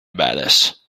badass